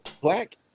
Black